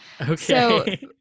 Okay